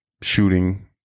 shooting